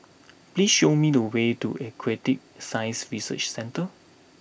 please show me the way to Aquatic Science Research Centre